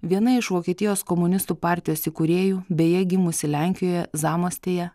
viena iš vokietijos komunistų partijos įkūrėjų beje gimusi lenkijoje zamostėje